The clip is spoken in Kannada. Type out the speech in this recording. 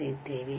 ಕರೆಯುತ್ತೇವೆ